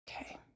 Okay